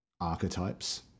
archetypes